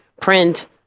print